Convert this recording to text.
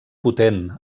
potent